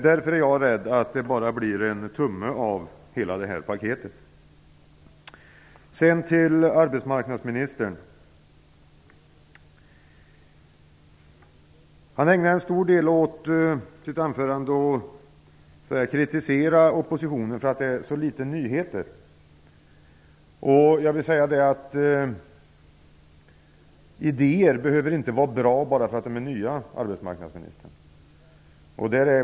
Därför är jag rädd att det bara blir en tumme av hela detta paket. Arbetsmarknadsministern ägnar en stor del av sitt anförande åt att kritisera oppositionen för att den kommer med så litet nyheter. Men idéer behöver inte vara bra bara därför att de är nya, arbetsmarknadsministern.